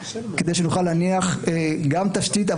כדי שנוכל להניח גם תשתית,